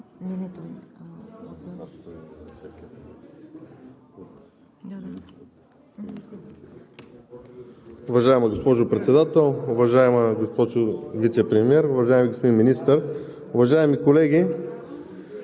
Уважаема госпожо Председател, уважаема госпожо Вицепремиер, уважаеми господин Министър, уважаеми колеги!